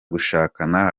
gushakana